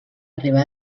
arribar